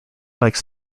like